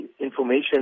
information